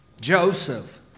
Joseph